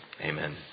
amen